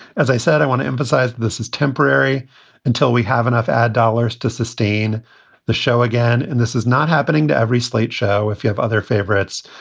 as i said, i want to emphasize this is temporary until we have enough ad dollars to sustain the show again. and this is not happening to every slate show if you have other favorites.